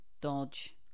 dodge